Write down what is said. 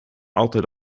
altijd